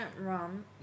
rum